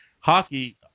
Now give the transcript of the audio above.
Hockey